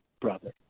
brother